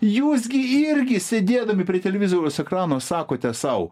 jūs gi irgi sėdėdami prie televizoriaus ekrano sakote sau